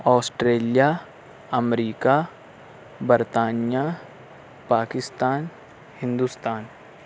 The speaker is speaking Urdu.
آسٹریلیا امریکہ برطانیہ پاکستان ہندوستان